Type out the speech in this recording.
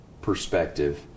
perspective